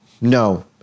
No